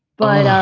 but,